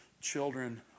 children